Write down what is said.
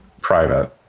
private